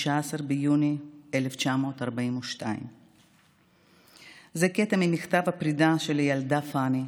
16 ביוני 1942". זה קטע ממכתב פרידה של הילדה פאני.